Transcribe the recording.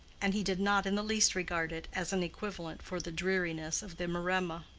and he did not in the least regard it as an equivalent for the dreariness of the maremma.